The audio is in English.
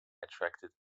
attracted